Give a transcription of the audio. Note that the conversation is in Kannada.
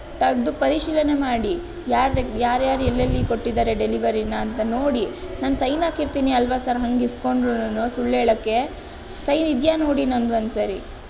ತೆಗೆದು ಪರಿಶೀಲನೆ ಮಾಡಿ ಯಾರಿಗೆ ಯಾರ್ಯಾರು ಎಲ್ಲೆಲ್ಲಿ ಕೊಟ್ಟಿದ್ದಾರೆ ಡೆಲಿವರಿನ ಅಂತ ನೋಡಿ ನಾನು ಸೈನ್ ಹಾಕಿರ್ತೀನಿ ಅಲ್ವಾ ಸರ್ ಹಾಗೆ ಇಸ್ಕೊಂಡ್ರುನು ಸುಳ್ಳು ಹೇಳಕ್ಕೆ ಸೈನ್ ಇದೆಯಾ ನೋಡಿ ನಂದೊಂದ್ಸರಿ